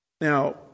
Now